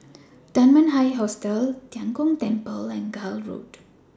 Dunman High Hostel Tian Kong Temple and Gul Road